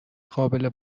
قابل